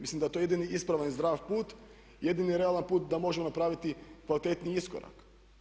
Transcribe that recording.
Mislim da je to jedini ispravan i zdrav put, jedini realan put da možemo napraviti kvalitetniji iskorak.